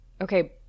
okay